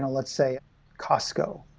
let's say costco.